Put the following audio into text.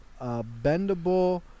bendable